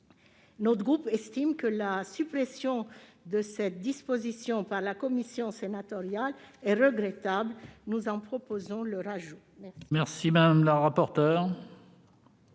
Notre groupe estime que la suppression de cette disposition par la commission sénatoriale est regrettable. Nous en proposons donc